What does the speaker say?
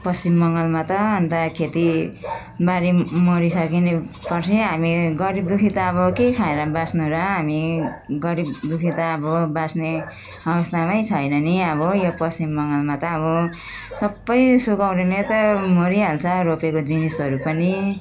पश्चिम बङ्गालमा त अनि त खेतीबारी मरिसके नि पछि हामी गरीब दुखी त अब के खाएर बाँच्नु र हामी गरीब दुखी त अब बाँच्ने आवस्थामै छैन नि अब यो पश्चिम बङ्गालमा त अब सबै सुकौरोले त मरिहाल्छ रोपेको जिनिसहरू पनि